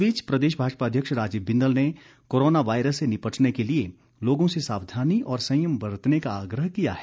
इस बीच प्रदेश भाजपा अध्यक्ष राजीव बिंदल ने कोरोना वायरस से निपटने के लिए लोगों से सावधानी और सयंम बरतने का आग्रह किया है